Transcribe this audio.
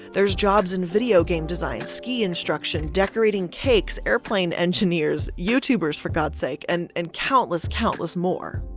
there's jobs in video game design, ski instruction, decorating cakes, airplane engineers, youtubers for god's sake and and countless, countless more.